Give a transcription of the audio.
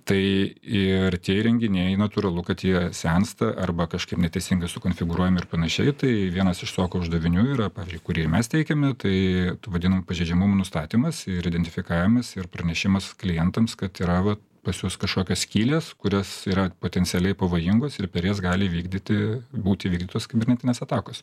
tai ir tie įrenginiai natūralu kad jie sensta arba kažkaip neteisingai sukonfigūruojami ir panašiai tai vienas iš tokių uždavinių yra pavyzdžiui kurį mes teikiame tai vadinam pažeidžiamumo nustatymas ir identifikavimas ir pranešimas klientams kad yra va pas juos kažkokios skylės kurios yra potencialiai pavojingos ir per jas gali įvykdyti būti įvykdytos kibernetinės atakos